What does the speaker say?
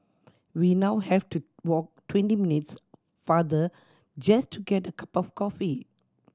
we now have to walk twenty minutes farther just to get a cup of coffee